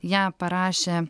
ją parašė